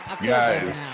guys